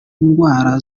indwara